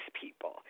people